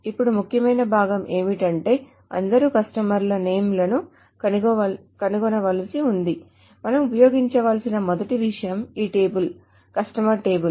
ఇప్పుడు ముఖ్యమైన భాగం ఏమిటంటే అందరు కస్టమర్ల నేమ్ లను కనుగొనవలసి ఉంది మనం ఉపయోగించాల్సిన మొదటి విషయం ఈ టేబుల్ కస్టమర్ టేబుల్